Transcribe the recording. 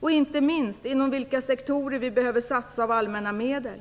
Och inte minst, inom vilka sektorer vi behöver satsa av allmänna medel.